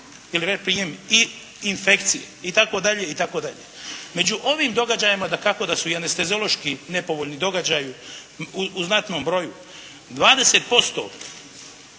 ili reprijem i infekcije i tako dalje i tako dalje. Među ovim događajima dakako da su i anesteziološki nepovoljni događaji u znatnom broju. 20%